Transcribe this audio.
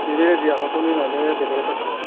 বেলেগতে চাব